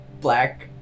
black